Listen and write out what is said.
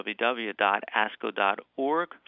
www.asco.org